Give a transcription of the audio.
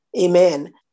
amen